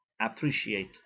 appreciate